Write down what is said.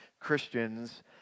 Christians